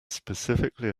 specifically